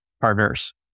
partners